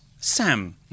Sam